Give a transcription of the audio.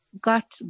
Got